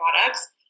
products